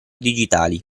digitali